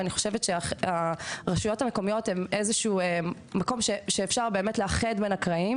אני חושבת שהרשויות המקומיות הן מקום שאפשר לאחד בין הקרעים.